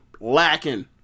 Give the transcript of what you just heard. lacking